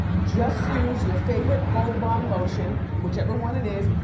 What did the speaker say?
just use your favorite gold bond lotion, whichever one it is.